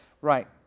Right